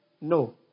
No